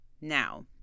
now